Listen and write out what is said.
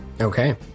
Okay